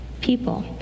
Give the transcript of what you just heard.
People